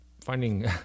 finding